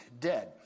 dead